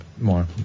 more